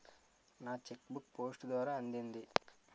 నా cheque book post ద్వారా అందింది